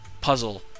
puzzle